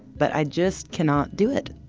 but i just cannot do it.